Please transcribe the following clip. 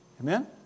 Amen